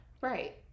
Right